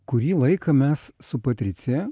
kurį laiką mes su patricija